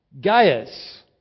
Gaius